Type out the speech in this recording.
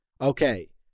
Okay